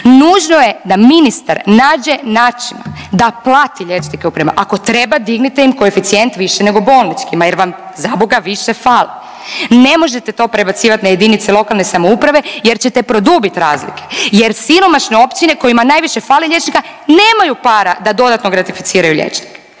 Nužno je da ministar nađe načina da plati liječnike u primarnoj, ako treba dignite im koeficijent više nego bolničkima jer vam zaboga više fale. Ne možete to prebacivati na jedinice lokalne samouprave jer ćete produbit razlike jer siromašne općine kojima najviše fali liječnika nemaju para da dodatno gratificiraju liječnike.